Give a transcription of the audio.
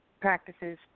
practices